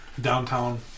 downtown